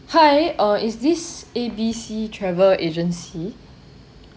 hi uh is this A_B_C travel agency